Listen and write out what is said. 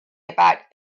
about